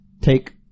take